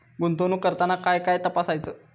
गुंतवणूक करताना काय काय तपासायच?